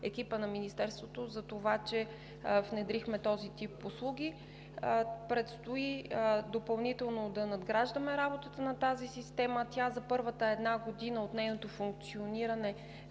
екипа на Министерството за това, че внедрихме този тип услуги. Предстои допълнително да надграждаме работата на тази система. За първата една година от нейното функциониране